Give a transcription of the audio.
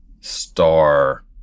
star